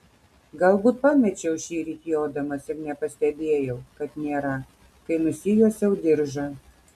galbūt pamečiau šįryt jodamas ir nepastebėjau kad nėra kai nusijuosiau diržą